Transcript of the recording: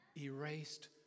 erased